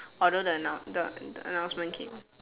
although the announce the announcement came